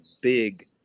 big